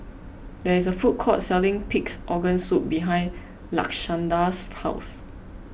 there is a food court selling Pig's Organ Soup behind Lashanda's house